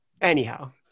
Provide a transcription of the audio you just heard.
Anyhow